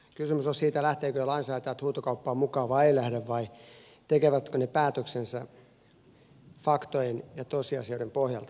kysymys on siitä lähtevätkö lainsäätäjät huutokauppaan mukaan vai eivätkö lähde vai tekevätkö he päätöksensä faktojen ja tosiasioiden pohjalta